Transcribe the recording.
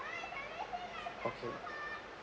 okay